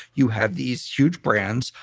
you have these huge brands,